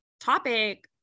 topic